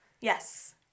yes